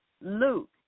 Luke